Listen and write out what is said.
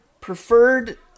preferred